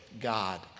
God